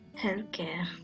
healthcare